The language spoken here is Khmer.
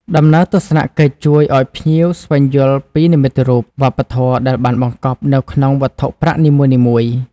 ដំណើរទស្សនកិច្ចជួយឱ្យភ្ញៀវស្វែងយល់ពី និមិត្តរូប វប្បធម៌ដែលបានបង្កប់នៅក្នុងវត្ថុប្រាក់នីមួយៗ។